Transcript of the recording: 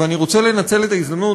ואני רוצה לנצל את ההזדמנות,